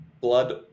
blood